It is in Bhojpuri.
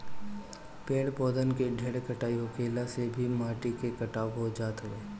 पेड़ पौधन के ढेर कटाई होखला से भी माटी के कटाव हो जात हवे